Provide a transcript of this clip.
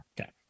okay